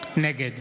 נגד